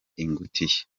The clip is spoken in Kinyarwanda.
ingutiya